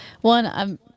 One